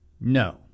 No